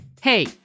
Hey